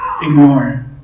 ignore